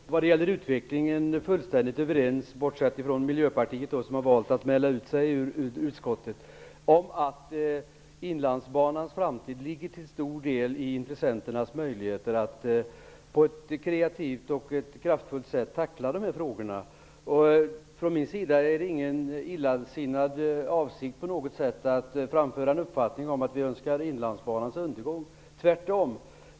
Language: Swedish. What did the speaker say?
Fru talman! Vad gäller utvecklingen är vi i sak fullständigt överens - bortsett från Miljöpartiet, som har valt att mäla ut sig ur utskottet - att Inlandsbanans framtid till stor del ligger i intressenternas möjligheter att på ett kreativt och kraftfullt sätt tackla dessa frågorna. Jag har inte på något sätt någon illasinnad avsikt att framföra en uppfattning om att vi önskar Inlandsbanans undergång, tvärtom.